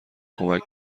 کمک